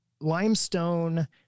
limestone